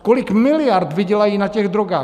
Kolik miliard vydělají na těch drogách...